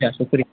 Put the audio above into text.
पिया छोकिरी